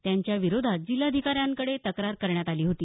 त्यांच्या विरोधात जिल्हाधिकाऱ्यांकडे तक्रार करण्यात आली होती